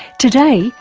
today,